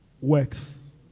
works